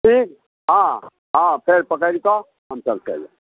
ठीक हँ हँ फेर पकड़िकऽ हमसब चलि आयब